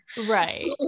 Right